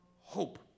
hope